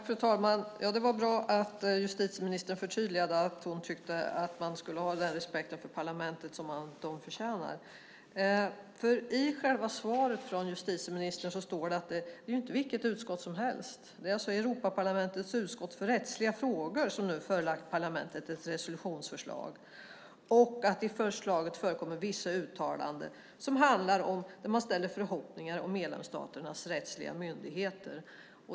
Fru talman! Det var bra att justitieministern förtydligade att hon tycker att man ska ha den respekt för parlamentet som det förtjänar. I själva svaret från justitieministern står det att det inte är vilket utskott som helst. Det är alltså Europaparlamentets utskott för rättsliga frågor som nu förelagt parlamentet ett resolutionsförslag. I det förslaget förekommer vissa uttalanden där man uttrycker förhoppningar på medlemsstaternas rättsliga myndigheter.